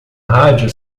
rádio